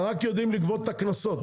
אתם רק יודעים לגבות את הקנסות.